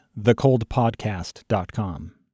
thecoldpodcast.com